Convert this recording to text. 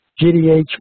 GDH